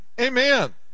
Amen